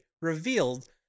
revealed